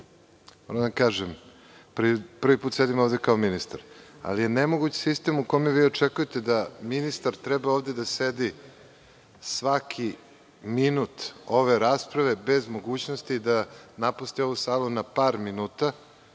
Vojić Marković. Prvi put sedim ovde kao ministar, ali je nemoguć sistem u kome vi očekujete da ministar treba ovde da sedi svaki minut ove rasprave, bez mogućnosti da napusti ovu salu na par minuta.